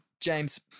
James